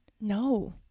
No